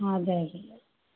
हा जय झूलेलाल